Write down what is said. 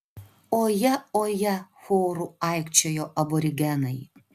oje oje choru aikčiojo aborigenai